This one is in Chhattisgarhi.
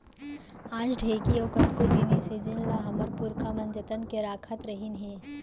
आज ढेंकी अउ कतको जिनिस हे जेन ल हमर पुरखा मन जतन के राखत रहिन हे